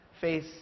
face